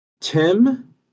Tim